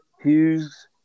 Hughes